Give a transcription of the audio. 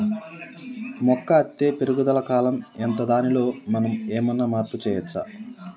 మొక్క అత్తే పెరుగుదల కాలం ఎంత దానిలో మనం ఏమన్నా మార్పు చేయచ్చా?